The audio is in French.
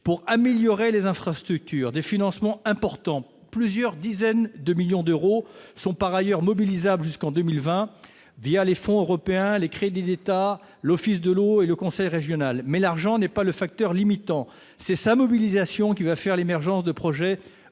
d'améliorer les infrastructures. Des financements importants- plusieurs dizaines de millions d'euros -sont par ailleurs mobilisables jusqu'en 2020 les fonds européens, les crédits d'État, l'Office de l'eau et le conseil régional. Toutefois, l'argent n'est pas le facteur limitant. C'est sa mobilisation, qui doit permettre l'émergence de projets opérationnels